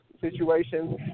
situations